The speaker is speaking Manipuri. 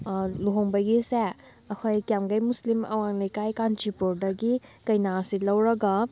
ꯂꯨꯍꯣꯡꯕꯒꯤꯁꯦ ꯑꯩꯈꯣꯏ ꯀꯤꯌꯥꯝꯒꯩ ꯃꯨꯁꯂꯤꯝ ꯑꯋꯥꯡ ꯂꯩꯀꯥꯏ ꯀꯥꯟꯆꯤꯄꯨꯔꯗꯒꯤ ꯀꯩꯅꯥꯁꯤ ꯂꯧꯔꯒ